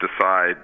decide